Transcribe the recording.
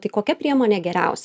tai kokia priemonė geriausia